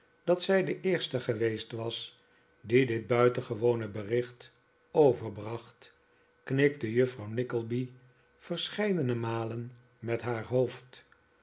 dat zij de eerste geweest was die dit buitengeworie bericht overbracht knikte juffrouw nickleby verscheidene malen met haar hoofd